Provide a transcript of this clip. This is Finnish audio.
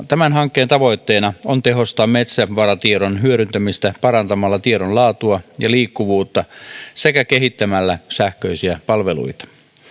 tämän hankkeen tavoitteena on tehostaa metsävaratiedon hyödyntämistä parantamalla tiedon laatua ja liikkuvuutta sekä kehittämällä sähköisiä palveluita